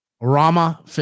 Rama